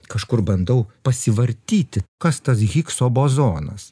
kažkur bandau pasivartyti kas tas higso bozonas